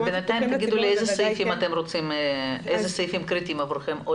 בינתיים תאמרו לי איזה סעיפים קריטיים עבורכם.